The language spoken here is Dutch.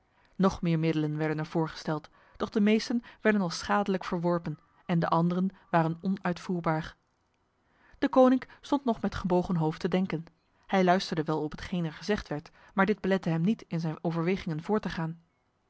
nog meer middelen werden er voorgesteld doch de meeste werden als schadelijk verworpen en de andere waren onuitvoerbaar deconinck stond nog met gebogen hoofd te denken hij luisterde wel op hetgeen er gezegd werd maar dit belette hem niet in zijn overwegingen voort te gaan